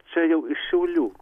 čia jau iš šiaulių